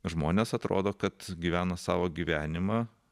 žmonės atrodo kad gyvena savo gyvenimą